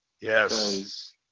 yes